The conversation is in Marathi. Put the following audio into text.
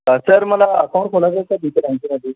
सर मला अकाऊंट खोलायचं होतं तुमच्या बँकेत आधी